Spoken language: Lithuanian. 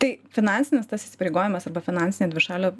tai finansinis tas įsipareigojimas arba finansinė dvišalio